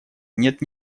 нет